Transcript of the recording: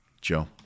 Joe